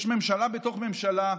יש ממשלה בתוך ממשלה.